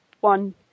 one